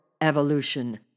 evolution